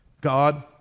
God